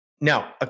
Now